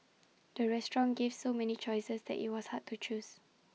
the restaurant gave so many choices that IT was hard to choose